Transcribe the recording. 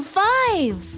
five